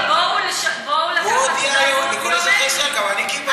אני מקבלת, מופיע: בואו לקחת תעודת זהות ביומטרית.